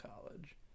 college